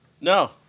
No